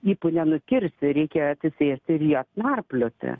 ypu nenukirsi reikia atsisėsti ir jas narplioti